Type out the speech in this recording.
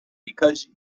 because